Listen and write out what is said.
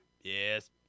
Yes